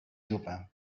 jupa